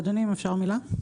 אדוני, אם אפשר מילה?